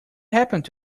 happened